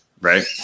right